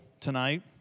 tonight